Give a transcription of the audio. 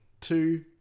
Two